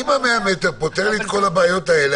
אם ה-100 מטר פותר לי את כל הבעיות האלה,